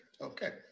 okay